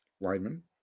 lineman